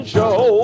Show